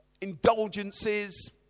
indulgences